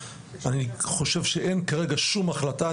אני חושב שאין כרגע שום החלטה,